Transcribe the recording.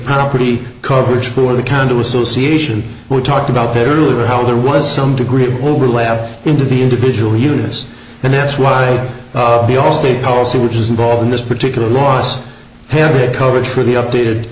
property coverage for the condo association we talked about the earlier how there was some degree of overlap into the individual units and that's why we all state policy which is involved in this particular lost health coverage for the updated